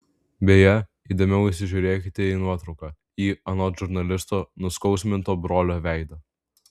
beje įdėmiau įsižiūrėkite į nuotrauką į anot žurnalisto nuskausminto brolio veidą